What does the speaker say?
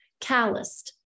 Calloused